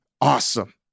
awesome